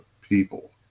people